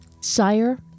Sire